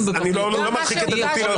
אני לא מרחיק את עדותי.